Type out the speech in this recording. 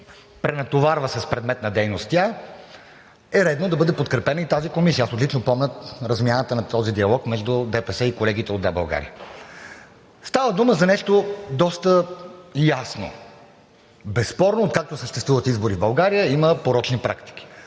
пренатоварва тя с предмет на дейност, е редно да бъде подкрепена и тази комисия. Аз отлично помня размяната на този диалог между ДПС и колегите от „Да, България“. Става дума за нещо доста ясно. Безспорно, откакто съществуват избори в България, има порочни практики.